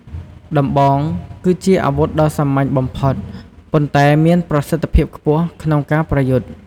ដំបង គឺជាអាវុធដ៏សាមញ្ញបំផុត ប៉ុន្តែមានប្រសិទ្ធភាពខ្ពស់ក្នុងការប្រយុទ្ធ។